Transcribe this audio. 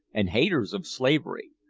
and haters of slavery.